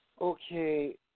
Okay